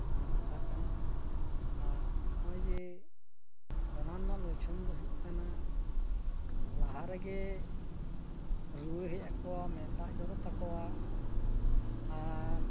ᱮᱢ ᱫᱚᱨᱠᱟᱨ ᱠᱟᱱᱟ ᱟᱨ ᱱᱚᱜᱼᱚᱭ ᱡᱮ ᱚᱱᱟ ᱨᱮᱱᱟᱜ ᱞᱚᱪᱷᱚᱱ ᱫᱚ ᱦᱩᱭᱩᱜ ᱠᱟᱱᱟ ᱞᱟᱦᱟ ᱨᱮᱜᱮ ᱨᱩᱣᱟᱹ ᱦᱮᱡ ᱟᱠᱚᱣᱟ ᱢᱮᱸᱫ ᱫᱟᱜ ᱡᱚᱨᱚᱜ ᱛᱟᱠᱚᱣᱟ ᱟᱨ